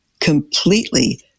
completely